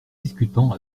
discutant